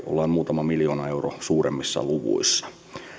ollaan muutama miljoona euroa suuremmissa luvuissa